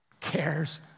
cares